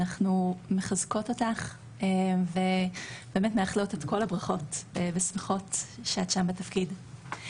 אנחנו מחזקות אותך ובאמת מאחלות את כל הברכות ושמחות שאת שם בתפקיד.